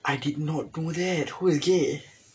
I did not know that who is gay